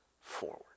forward